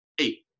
Eight